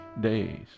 days